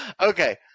Okay